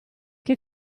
che